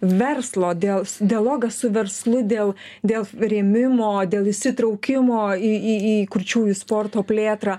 verslo dėl dialogas su verslu dėl dėl rėmimo dėl įsitraukimo į į į kurčiųjų sporto plėtrą